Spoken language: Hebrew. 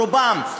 רובן,